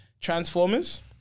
Transformers